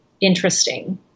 interesting